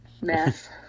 mess